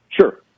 Sure